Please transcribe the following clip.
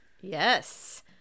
yes